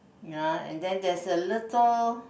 ya and then there's a little